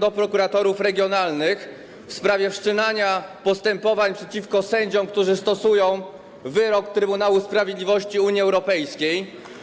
do prokuratorów regionalnych w sprawie wszczynania postępowań przeciwko sędziom, którzy stosują wyrok Trybunału Sprawiedliwości Unii Europejskiej.